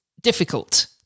difficult